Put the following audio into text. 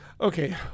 Okay